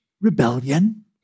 rebellion